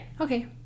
Okay